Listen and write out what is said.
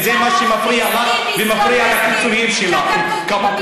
וזה מה שמפריע לך ומפריע לקיצונים כמותך.